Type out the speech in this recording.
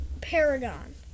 Paragon